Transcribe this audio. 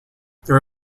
there